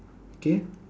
K